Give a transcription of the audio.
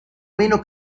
meno